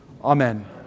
Amen